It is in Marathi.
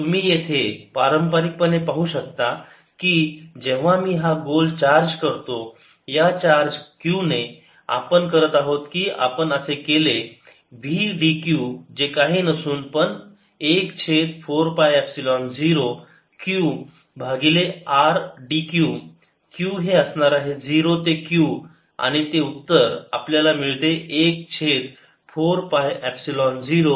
तुम्ही येथे पारंपारिक पणे पाहू शकता की जेव्हा मी हा गोल चार्ज करतो या चार्ज q ने आपण करत आहोत की आपण असे केले v dq जे काही नसून पण 1 छेद 4 पाय एपसिलोन 0 q भागिले r d q q हे असणार आहे 0 ते Q आणि ते उत्तर आपल्याला मिळते 1 छेद 4 पाय एपसिलोन 0 q चा वर्ग भागिले 2 r